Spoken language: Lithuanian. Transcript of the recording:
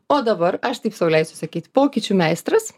o dabar aš taip sau leisiu sakyt pokyčių meistras